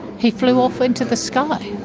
he flew off into the sky.